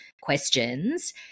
questions